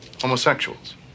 homosexuals